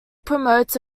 promotes